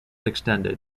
extended